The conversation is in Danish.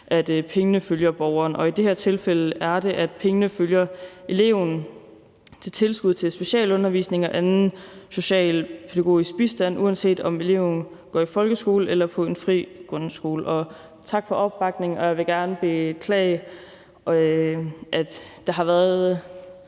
at pengene følger borgeren. Og i det her tilfælde er det, at pengene følger eleven til tilskud til specialundervisning og anden socialpædagogisk bistand, uanset om eleven går i folkeskole eller på en fri grundskole. Tak for opbakningen, og jeg vil gerne beklage, at det er lidt